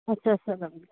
آچھا اَسلامُ علیکُم